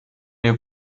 wir